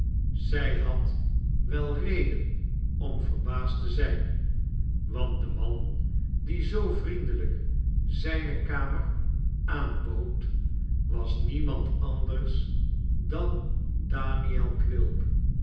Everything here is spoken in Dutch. zij had wel reden om verbaasd te zijn want de man die zoo vriendelijk zijne kamer aanbood was niemand anders dan daniel quilp